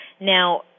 Now